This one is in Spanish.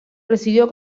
residió